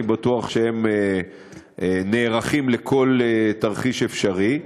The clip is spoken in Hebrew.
אני בטוח שהם נערכים לכל תרחיש אפשרי.